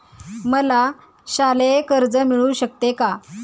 मला शालेय कर्ज मिळू शकते का?